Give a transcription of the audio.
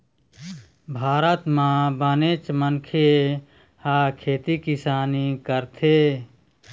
भारत म बनेच मनखे ह खेती किसानी करथे